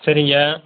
சரிங்க